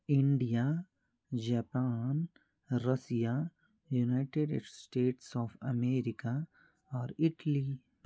India Japan Russia United States of America और Italy